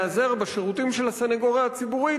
מלהיעזר בשירותים של הסניגוריה הציבורית,